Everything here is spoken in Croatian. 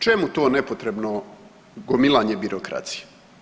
Čemu to nepotrebno gomilanje birokracije?